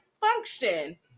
function